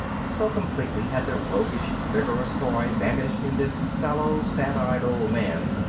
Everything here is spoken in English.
so completely had the roguish, vigorous boy vanished in this sallow, sad-eyed old man.